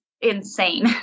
insane